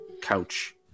couch